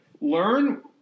Learn